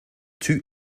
two